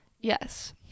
Yes